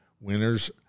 Winners